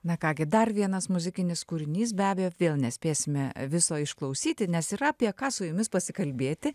na ką gi dar vienas muzikinis kūrinys be abejo vėl nespėsime viso išklausyti nes yra apie ką su jumis pasikalbėti